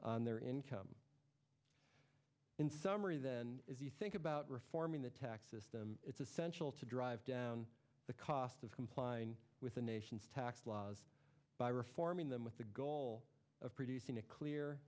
on their income in summary then if you think about reforming the tax system it's essential to drive down the cost of complying with the nation's tax laws by reforming them with the goal of producing a clear